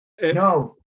No